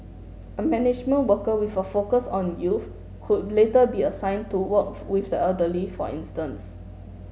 a management worker with a focus on youth could later be assign to work with the elderly for instance